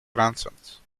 grandsons